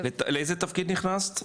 לאיזה תפקיד נכנסת?